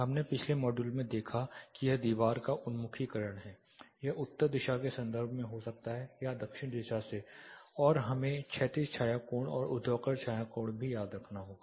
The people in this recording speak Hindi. हमने पिछले मॉड्यूल में देखा कि यह दीवार का उन्मुखीकरण है यह उत्तर दिशा के संदर्भ में हो सकता या दक्षिण दिशा से और हमें क्षैतिज छाया कोण और ऊर्ध्वाधर छाया कोण भी याद रखना होगा